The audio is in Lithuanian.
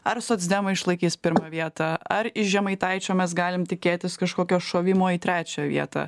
ar socdemai išlaikys pirmą vietą ar iš žemaitaičio mes galim tikėtis kažkokio šovimo į trečią vietą